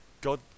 God